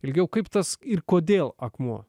ilgiau kaip tas ir kodėl akmuo